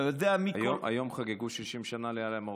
היום חגגו 60 שנה לעלייה ממרוקו,